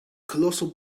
colossal